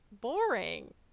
boring